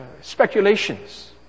speculations